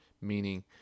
Meaning